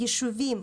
ישובים,